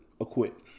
acquit